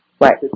Right